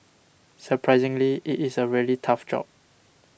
surprisingly it is a really tough job